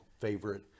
favorite